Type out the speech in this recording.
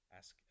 ask